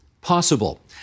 possible